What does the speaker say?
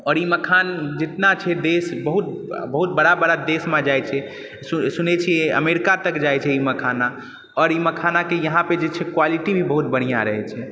आओर ई मखान जितना छै देश बहुत बड़ा बड़ा देशमे जाइ छै सुनै छियै अमेरिका तक जाइ छै ई मखाना आओर ई मखानाके यहाँपर जे छै क्वालिटी भी बहुत बढ़िआँ रहै छै